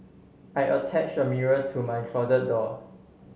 I attach a mirror to my closet door